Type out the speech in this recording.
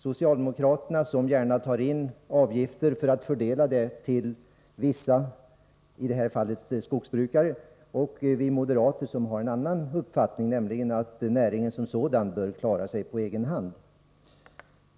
Socialdemokraterna tar gärna in avgifter för att fördela dem till vissa grupper, i det här fallet till skogsbrukare. Vi moderater har en annan uppfattning, nämligen att näringen som sådan bör klara sig på egen hand.